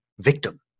victim